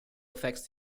affects